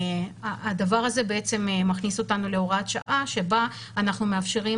הדבר הזה בעצם מכניס אותנו להוראת שעה שבה אנחנו מאפשרים